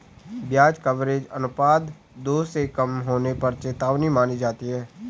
ब्याज कवरेज अनुपात दो से कम होने पर चेतावनी मानी जाती है